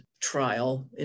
trial